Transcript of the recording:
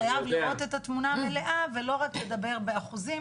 חייב לראות את התמונה המלאה ולא רק לדבר באחוזים.